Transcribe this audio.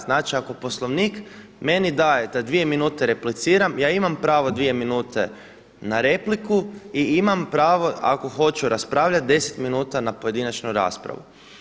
Znači ako Poslovnik meni daje da 2 minute repliciram, ja imam pravo dvije minute na repliku i imam pravo ako hoću raspravljati 10 minuta na pojedinačnu raspravu.